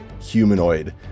humanoid